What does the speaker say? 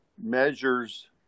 measures